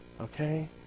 Okay